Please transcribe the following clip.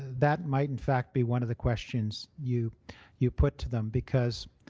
that might in fact be one of the questions you you put to them. because